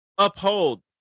uphold